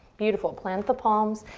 beautiful. plant the palms,